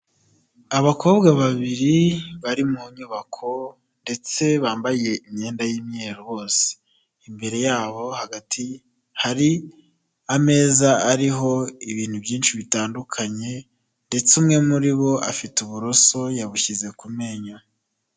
Abakobwa babiri bari mu nyubako ndetse bambaye imyenda y'imyeru bose, imbere yabo hagati hari ameza ariho ibintu byinshi bitandukanye, ndetse umwe muri bo afite uburoso yabushyize ku menyo.